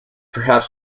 perhaps